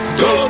go